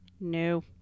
No